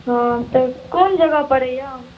हाँ तऽ कोन जगह पर यऽ